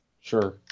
Sure